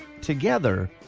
together